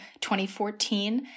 2014